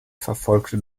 verfolgte